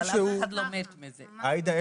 עאידה,